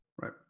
Right